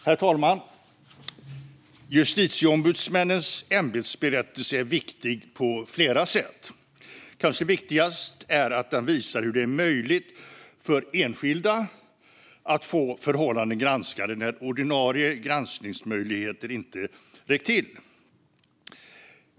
Herr talman! Justitieombudsmännens ämbetsberättelse är viktig på flera sätt. Kanske viktigast är att den visar hur det är möjligt för enskilda att få förhållanden granskade när ordinarie granskningsmöjligheter inte räcker till.